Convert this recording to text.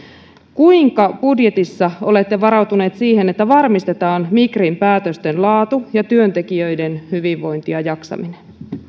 kuinka olette varautuneet budjetissa siihen että varmistetaan migrin päätösten laatu ja työntekijöiden hyvinvointi ja jaksaminen